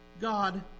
God